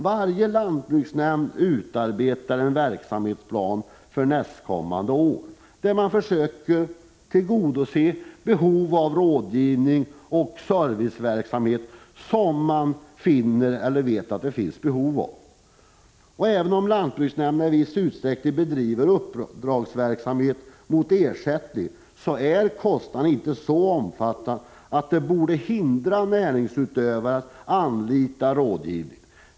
Varje lantbruksnämnd utarbetar en verksamhetsplan för nästkommande år, där man försöker tillgodose behovet av rådgivning och serviceverksamhet. Även om lantbruksnämnderna i viss utsträckning bedriver uppdragsverksamhet mot ersättning, är kostnaderna inte så omfattande att det borde hindra näringsutövare att anlita rådgivningen.